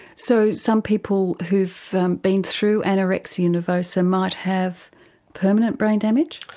so some people who've been through anorexia nervosa might have permanent brain damage?